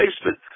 basement